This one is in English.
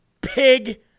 pig